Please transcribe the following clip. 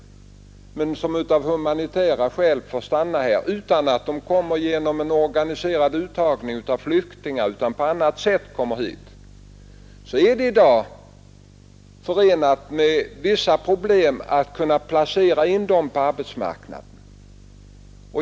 Det gäller sådana som av humanitära skäl får stanna här men som inte kommer hit genom en organiserad uttagning av flyktingar utan på annat sätt. Det är i dag förenat med vissa problem att kunna placera in dem på arbetsmarknaden.